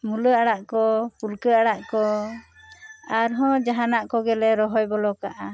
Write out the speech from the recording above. ᱢᱩᱥᱞᱟᱹ ᱟᱲᱟᱜ ᱠᱚ ᱯᱩᱞᱠᱟᱹ ᱟᱲᱟᱜ ᱠᱚ ᱟᱨ ᱦᱚᱸ ᱡᱟᱦᱟᱱᱟᱜ ᱠᱚᱜᱮ ᱞᱮ ᱨᱚᱦᱚᱭ ᱵᱚᱞᱚ ᱠᱟᱜᱼᱟ